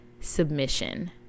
submission